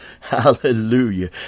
hallelujah